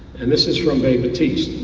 and this is from ray batiste.